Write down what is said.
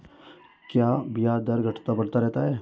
क्या ब्याज दर घटता बढ़ता रहता है?